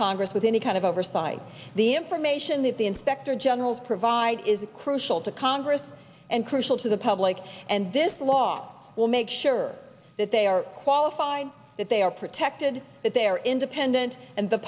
congress with any kind of oversight the information that the inspector general provided is a crucial to congress and crucial to the public and this law will make sure that they are qualified that they are protected that they are independent and the